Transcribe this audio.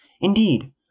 Indeed